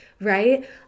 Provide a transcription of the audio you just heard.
right